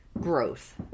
growth